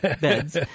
beds